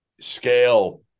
scale